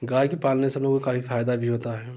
गाय के पालने से लोगों काे काफ़ी फायदा भी होता है